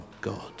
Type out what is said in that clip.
God